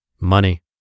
Money